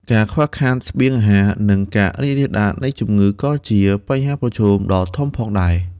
ការខ្វះខាតស្បៀងអាហារ និងការរីករាលដាលនៃជំងឺក៏ជាបញ្ហាប្រឈមដ៏ធំផងដែរ។